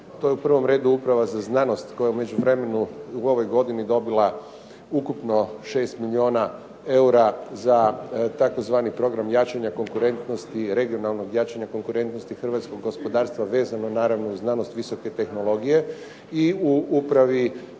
To je u prvom redu Uprava za znanost koja je u međuvremenu u ovoj godini dobila ukupno 6 milijuna eura za tzv. Program jačanja konkurentnosti Hrvatskog gospodarstva vezano naravno uz znanost visoke tehnologije i u upravi